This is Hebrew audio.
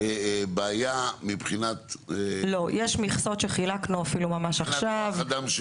בעיה --- לא, יש מכסות שחילקנו אפילו ממש עכשיו.